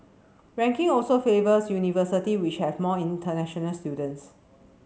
ranking also favours university which have more international students